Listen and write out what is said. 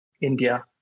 India